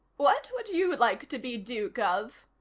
what would you like to be duke of?